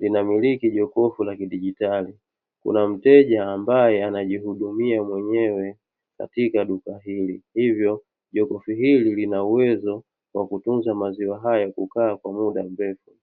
lina miliki jokofu la digitali. Kuna mteja amabaye anajihudumia mwenyewe katika duka hili, hivyo jokofu hili lina uwezo wa kutunza maziwa haya kukaa kwa muda mrefu.